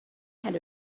had